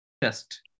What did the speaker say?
test